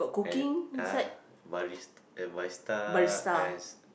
I ah bari~ barista as